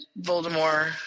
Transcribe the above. Voldemort